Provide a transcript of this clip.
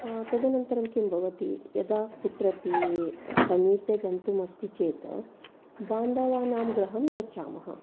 तदनन्तरं किम् भवति यदा कुत्रापि समीपे गन्तुम् अस्ति चेत् बान्धवानां गृहम् गच्छामः